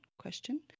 question